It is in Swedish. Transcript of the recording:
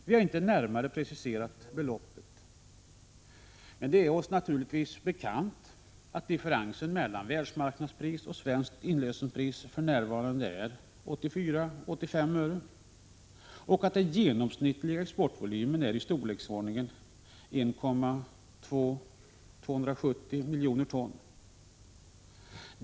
Vi har inte närmare preciserat beloppet. Det är oss naturligtvis bekant att differensen mellan världsmarknadspris och svenskt inlösenpris för närvarande är 84-85 öre och att den genomsnittliga nettoexportvolymen är i storleksordningen 1 270 000 ton.